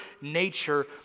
nature